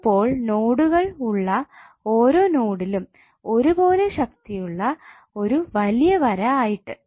ചിലപ്പോൾ നോടുകൾ ഉള്ള ഓരോ നോഡിലും ഒരുപോലെ ശക്തിയുള്ള ഒരു വലിയ വര ആയിട്ട്